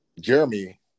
Jeremy